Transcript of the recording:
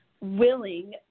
willing